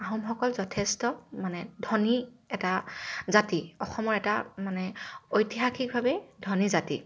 আহোমসকল যথেষ্ট মানে ধনী এটা জাতি অসমৰ এটা মানে ঐতিহাসিকভাৱে ধনী জাতি